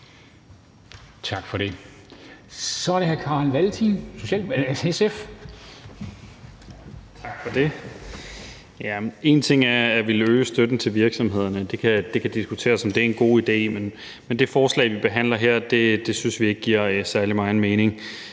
SF. Kl. 20:05 (Ordfører) Carl Valentin (SF): Tak for det. En ting er at ville øge støtten til virksomhederne – det kan diskuteres, om det er en god idé – men det forslag, vi behandler her, synes vi ikke giver særlig megen mening.